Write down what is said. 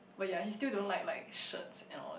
but yea he still don't like like shirts and all that